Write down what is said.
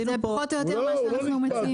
זה פחות או יותר מה שאנחנו מציעים.